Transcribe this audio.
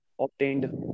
obtained